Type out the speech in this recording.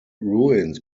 ruins